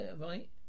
right